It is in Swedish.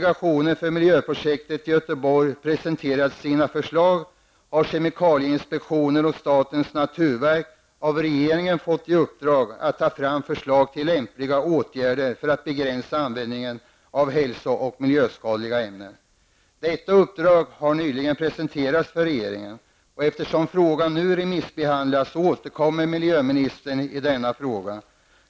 Göteborg presenterat sina förslag har kemikalieinspektionen och statens naturvårdsverk av regeringen fått i uppdrag att ta fram förslag till lämpliga åtgärder för att begränsa användningen av hälso och miljöskadliga ämnen. Detta uppdrag har nyligen presenterats för regeringen. Eftersom detta nu remissbehandlas återkommer miljöministern i denna fråga.